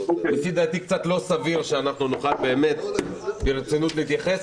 לפי דעתי זה קצת לא סביר שאנחנו נוכל ברצינות להתייחס